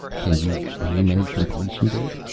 can you name any completion date?